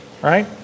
right